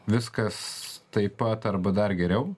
viskas taip pat arba dar geriau